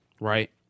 right